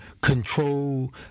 control